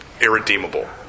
irredeemable